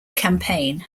campaign